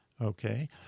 okay